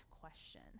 question